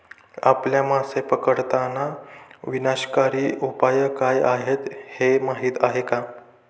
आपल्या मासे पकडताना विनाशकारी उपाय काय आहेत हे माहीत आहे का?